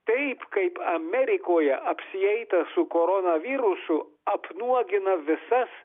taip kaip amerikoje apsieita su koronavirusu apnuogina visas